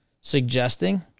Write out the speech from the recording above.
suggesting